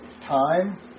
time